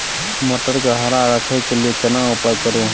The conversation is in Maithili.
मटर के हरा रखय के लिए केना उपाय करू?